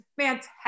fantastic